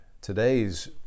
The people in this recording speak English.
today's